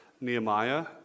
Nehemiah